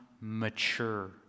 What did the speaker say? mature